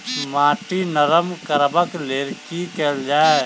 माटि नरम करबाक लेल की केल जाय?